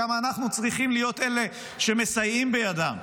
כמה אנחנו צריכים להיות אלה שמסייעים בידם,